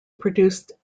produced